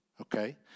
okay